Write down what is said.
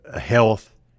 health